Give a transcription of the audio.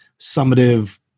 summative